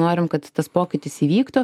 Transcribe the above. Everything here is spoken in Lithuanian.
norim kad tas pokytis įvyktų